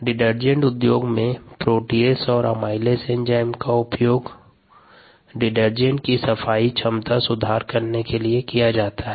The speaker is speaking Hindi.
डिटर्जेंट उद्योग में में प्रोटीयेज और एमाइलेज एंजाइम्स का उपयोग डिटर्जेंट की सफाई क्षमता में सुधार करने के लिए किया जाता है